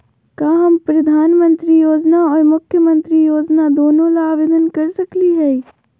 का हम प्रधानमंत्री योजना और मुख्यमंत्री योजना दोनों ला आवेदन कर सकली हई?